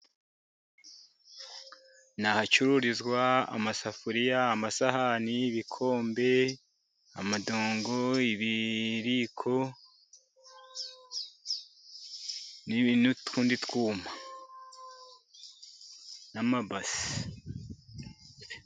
Ni ahacururizwa amasafuriya, amasahani ,ibikombe, amadongo, ibiriko n'utundi twuma, n'amabase.